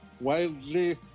wildly